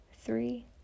three